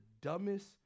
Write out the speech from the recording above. dumbest